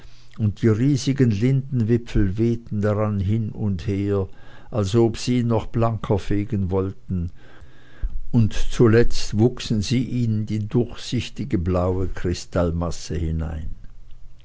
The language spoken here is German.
und die riesigen lindenwipfel wehten dran hin und her als ob sie ihn noch blanker fegen wollten und zuletzt wuchsen sie in die durchsichtige blaue kristallmasse hinein